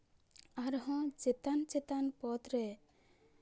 ᱟᱨᱦᱚᱸ ᱪᱮᱛᱟᱱ ᱪᱮᱛᱟᱱ ᱯᱚᱫᱨᱮ